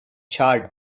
charred